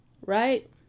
Right